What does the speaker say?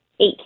eight